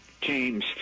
James